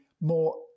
more